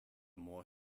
moore